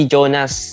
Jonas